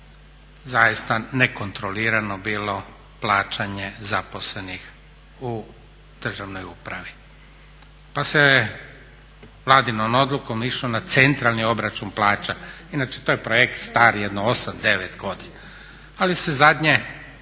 zaista nekontrolirano bilo plaćanje zaposlenih u državnoj upravi, pa se Vladinom odlukom išlo na centralni obračun plaća. Inače, to je projekt star jedno 8, 9 godina ali se zadnje